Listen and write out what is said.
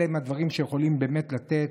אלה הם הדברים שיכולים באמת לתת.